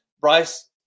Bryce